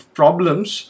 problems